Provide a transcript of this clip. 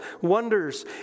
wonders